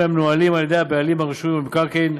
המנוהלים על ידי הבעלים הרשומים במקרקעין,